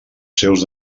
seus